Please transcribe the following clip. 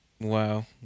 wow